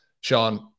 Sean